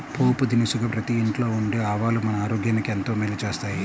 పోపు దినుసుగా ప్రతి ఇంట్లో ఉండే ఆవాలు మన ఆరోగ్యానికి ఎంతో మేలు చేస్తాయి